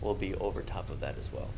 will be over top of that as well